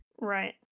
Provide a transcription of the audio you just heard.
Right